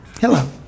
Hello